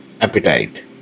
appetite